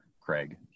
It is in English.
Craig